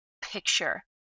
picture